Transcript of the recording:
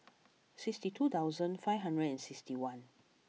sixty two thousand five hundred and sixty one